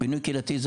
בינוי קהילתי זה